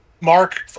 mark